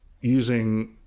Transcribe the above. using